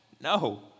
No